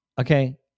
okay